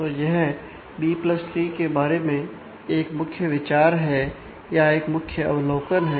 तो यह B plus tree के बारे में एक मुख्य विचार है या एक मुख्य अवलोकन है